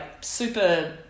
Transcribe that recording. super